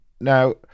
Now